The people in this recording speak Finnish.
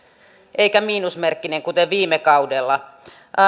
eikä miinusmerkkinen kuten viime kaudella